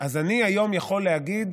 אז אני היום יכול להגיד: